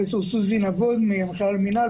פרופסור סוזי נבון מהמכללת למינהל,